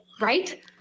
right